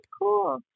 cool